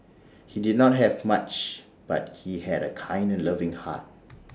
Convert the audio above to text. he did not have much but he had A kind and loving heart